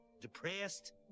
Depressed